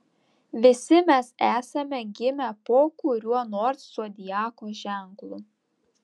visi mes esame gimę po kuriuo nors zodiako ženklu